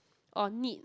or neat